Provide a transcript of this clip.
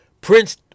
Prince